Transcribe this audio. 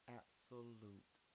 absolute